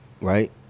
right